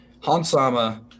Hansama